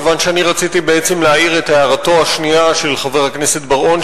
כיוון שאני רציתי בעצם להעיר את הערתו השנייה של חבר הכנסת בר-און,